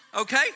okay